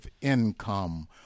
income